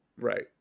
right